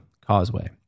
causeway